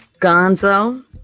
Gonzo